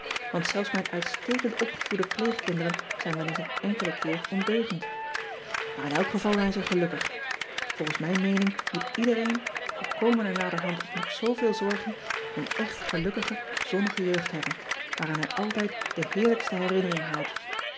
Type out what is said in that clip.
ant zelfs mijn uitstekend opgevoede pleegkinderen zijn wel eens een enkele keer ondeugend aar in elk geval zijn ze gelukkig olgens mijn meening moet iedereen al komen er naderhand ook nog zooveel zorgen een echt gelukkige zonnige jeugd hebben waaraan hij altijd de heerlijkste herinnering houdt